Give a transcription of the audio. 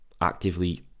actively